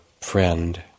friend